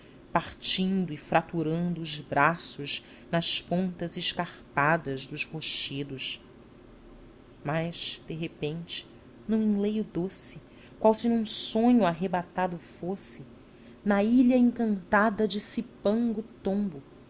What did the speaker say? partindo e fraturando os braços nas pontas escarpadas dos rochedos mas de repente num enleio doce qual num sonho arrebatado fosse na ilha encantada de cipango tombo